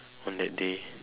on that day